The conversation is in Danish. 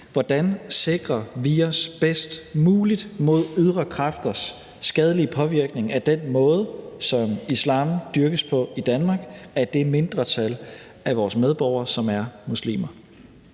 hvordan vi bedst muligt sikrer os mod ydre kræfters skadelige påvirkning af den måde, som islam dyrkes på i Danmark af det mindretal af vores medborgere, som er muslimer.